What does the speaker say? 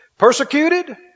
Persecuted